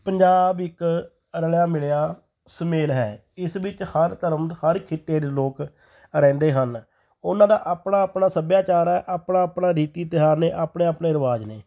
ਪੰਜਾਬ ਇੱਕ ਰਲਿਆ ਮਿਲਿਆ ਸੁਮੇਲ ਹੈ ਇਸ ਵਿੱਚ ਹਰ ਧਰਮ ਹਰ ਕਿੱਤੇ ਦੇ ਲੋਕ ਰਹਿੰਦੇ ਹਨ ਉਹਨਾਂ ਦਾ ਆਪਣਾ ਆਪਣਾ ਸੱਭਿਆਚਾਰ ਹੈ ਆਪਣਾ ਆਪਣਾ ਰੀਤੀ ਤਿਉਹਾਰ ਨੇ ਆਪਣੇ ਆਪਣੇ ਰਿਵਾਜ਼ ਨੇ